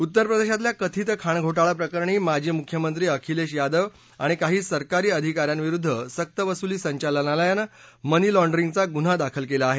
उत्तर प्रदेशातल्या कथित खाणघोटाळा प्रकरणी माजी मुख्यमंत्री अखिलेश यादव आणि काही सरकारी आधिका यांविरुद्ध सक्तवसुली संचालनालयानं मनी लाँडरिंगचा गुन्हा दाखल केला आहे